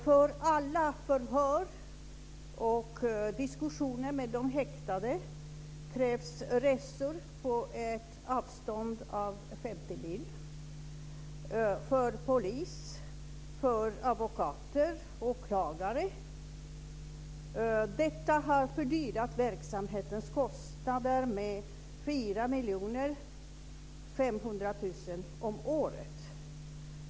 Vid alla förhör och diskussioner med de häktade krävs resor på 50 mil för polis, för advokater och för åklagare. Detta har ökat kostnaderna för verksamheten med 4,5 miljoner kronor om året.